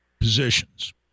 positions